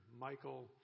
Michael